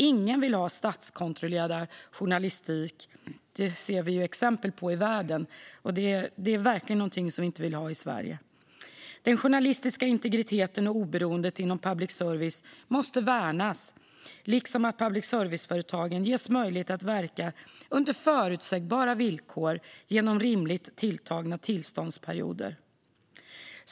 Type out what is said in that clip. Ingen vill ha statskontrollerad journalistik. Det ser vi exempel på i världen, och det är verkligen någonting som vi inte vill ha i Sverige. Den journalistiska integriteten och oberoendet inom public service måste värnas liksom att public service-företagen ges möjlighet att verka under förutsägbara villkor genom rimligt tilltagna tillståndsperioder.